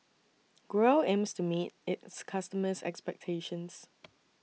Growell aims to meet its customers' expectations